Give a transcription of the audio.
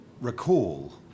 recall